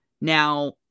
Now